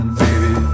baby